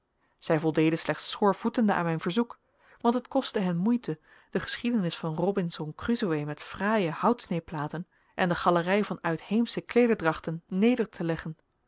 zij voldeden slechts schoorvoetende aan mijn verzoek want het kostte hun moeite de geschiedenis van robinson crusoë met fraaie houtsneeplaten en de galerij van uitheemsche kleederdrachten neder te leggen